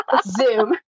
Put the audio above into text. Zoom